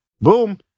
boom